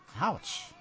Ouch